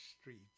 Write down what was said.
streets